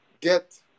get